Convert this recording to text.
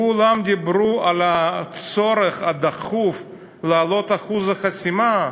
כולן דיברו על הצורך הדחוף להעלות את אחוז החסימה,